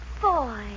Boy